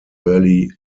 early